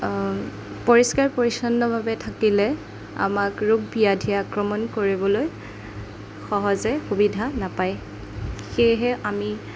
পৰিষ্কাৰ পৰিচ্ছন্নভাৱে থাকিলে আমাক ৰোগ ব্যাধিয়ে আক্ৰমণ কৰিবলৈ সহজে সুবিধা নাপায় সেয়েহে আমি